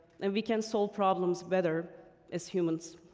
and we can solve problems better as humans.